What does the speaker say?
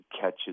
catches